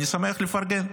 אני שמח לפרגן.